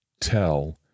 tell